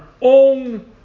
own